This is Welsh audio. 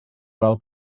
fel